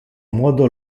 modo